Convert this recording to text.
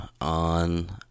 on